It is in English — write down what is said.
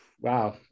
wow